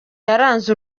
yaranze